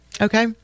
Okay